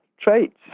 traits